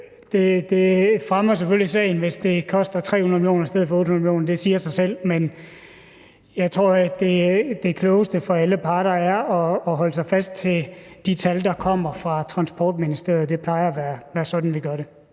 det fremmer sagen, hvis det koster 300 mio. kr. i stedet for 800 mio. kr. – det siger sig selv – men jeg tror, at det klogeste for alle parter er at holde sig til de tal, der kommer fra Transportministeriet. Det plejer at være sådan, vi gør det.